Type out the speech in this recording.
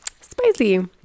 spicy